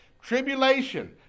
Tribulation